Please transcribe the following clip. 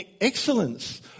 excellence